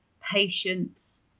patience